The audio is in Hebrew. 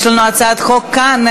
יש לנו כאן הצעת חוק שהוצמדה,